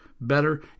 better